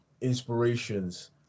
inspirations